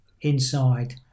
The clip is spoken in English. inside